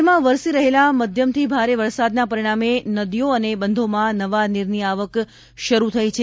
રાજ્યમાં વરસી રહેલા મધ્યમથી ભારે વરસાદના પરિણામે નદીઓ અને બંધોમાં નવા નીરની આવક શરૂ થઇ છે